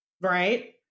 right